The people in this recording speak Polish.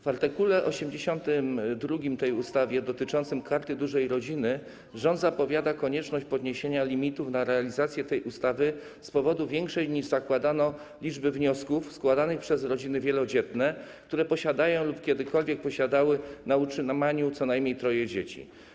W art. 82 tej ustawy dotyczącym Karty Dużej Rodziny rząd zapowiada konieczność podniesienia limitów na realizację tej ustawy z powodu większej, niż zakładano, liczby wniosków składanych przez rodziny wielodzietne, które posiadają lub kiedykolwiek posiadały na utrzymaniu co najmniej troje dzieci.